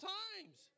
times